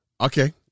okay